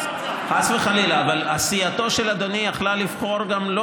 אבל סיעתו של אדוני יכלה לבחור גם לא